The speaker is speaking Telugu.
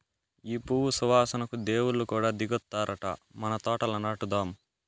ఈ పువ్వు సువాసనకు దేవుళ్ళు కూడా దిగొత్తారట మన తోటల నాటుదాం